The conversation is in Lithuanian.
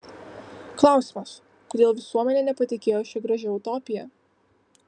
klausimas kodėl visuomenė nepatikėjo šia gražia utopija